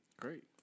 Great